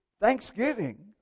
Thanksgiving